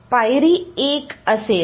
तर पायरी 1 असेल